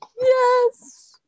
Yes